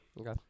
Okay